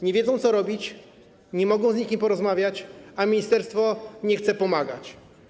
Nie wiedzą, co robić, nie mogą z nikim porozmawiać, a ministerstwo nie chce pomagać.